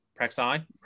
Praxi